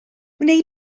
wnei